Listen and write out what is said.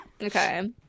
Okay